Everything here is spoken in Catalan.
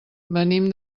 venim